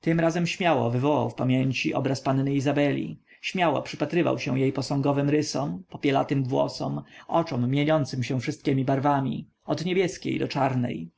tym razem śmiało wywołał w pamięci obraz panny izabeli śmiało przypatrywał się jej posągowym rysom popielatym włosom oczom mieniącym się wszystkiemi barwami od niebieskiej do czarnej